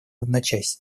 одночасье